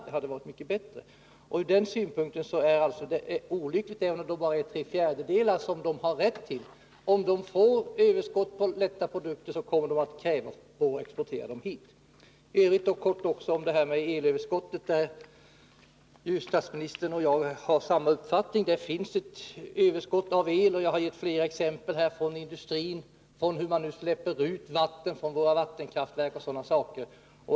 Från denna synpunkt är avtalet olyckligt, även om det bara är tre fjärdedelar av den totala volymen som Norge har rätt att leverera i form av raffinerade oljeprodukter. Om Norge får överskott på lätta produkter, kommer man att kräva att få exportera dem hit. Kort om elöverskottet: Statsministern och jag har samma uppfattning — det finns ett överskott på el. Jag har gett flera exempel på detta från industrin. Jag nämnde bl.a. att man nu släpper ut vatten från våra vattenkraftverk.